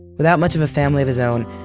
without much of a family of his own,